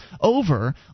over